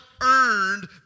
earned